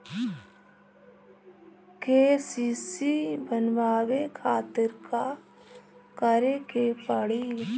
KCC बनवावे खातिर का करे के पड़ी?